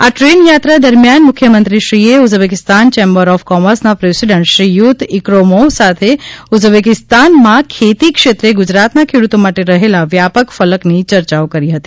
આ ટ્રેન યાત્રા દરમિયાન મુખ્યમંત્રીશ્રીએ ઉઝબેકિસ્તાન ચેમ્બર ઓફ કોમર્સના પ્રેસિડન્ટ શ્રીયુત ઇક્રોમોવ સાથે ઉઝબેકિસ્તાનમાં ખેતી ક્ષેત્રે ગુજરાતના ખેડૂતો માટે રહેલા વ્યાપક ફલકની ચર્ચાઓ કરી હતી